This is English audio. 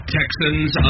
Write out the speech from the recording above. Texans